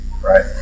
right